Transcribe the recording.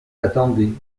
attendais